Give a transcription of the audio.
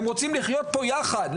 הם רוצים לחיות פה יחד.